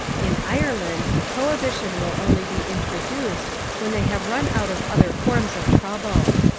in ireland, prohibition will only be introduced when they have run out of other forms of trouble.